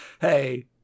hey